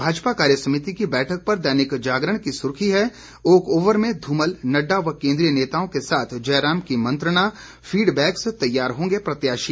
भाजपा कार्य समिति की बैठक पर दैनिक जागरण की सुर्खी है ओक ओवर में धमूल नड्डा व केंद्रीय नेताओं के साथ जयराम की मंत्रणा फीड बैक से तैयार होंगे प्रत्याशी